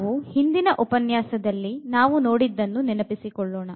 ಮತ್ತು ಹಿಂದಿನ ಉಪನ್ಯಾಸದಿಂದ ನಾವು ನೋಡಿದ್ದನ್ನು ನೆನಪಿಸಿಕೊಳ್ಳೋಣ